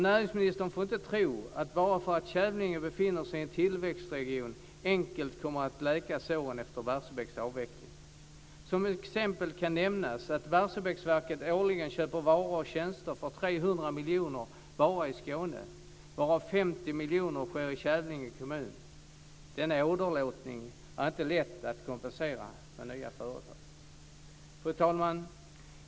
Näringsministern får inte tro att bara därför att Kävlinge befinner sig i en tillväxtregion kommer det enkelt att läka såren efter Barsebäcks avveckling. Som exempel kan nämnas att Barsebäcksverket årligen köper varor och tjänster för 300 miljoner bara i Skåne varav 50 miljoner i Kävlinge kommun. Denna åderlåtning är inte lätt att kompensera med nya företag. Fru talman!